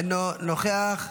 אינו נוכח.